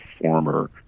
former